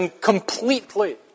completely